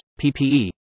PPE